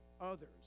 others